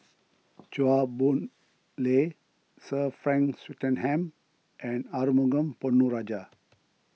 Chua Boon Lay Sir Frank Swettenham and Arumugam Ponnu Rajah